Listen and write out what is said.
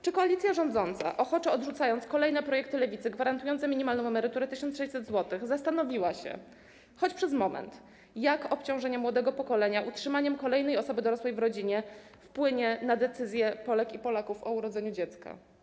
Czy koalicja rządząca, ochoczo odrzucając kolejne projekty Lewicy gwarantujące minimalną emeryturę 1600 zł, zastanowiła się, choć przez moment, jak obciążenie młodego pokolenia utrzymaniem kolejnej osoby dorosłej w rodzinie wpłynie na decyzje Polek i Polaków o urodzeniu dziecka?